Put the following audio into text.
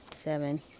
seven